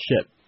ship